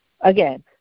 Again